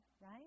right